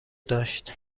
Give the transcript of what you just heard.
داشت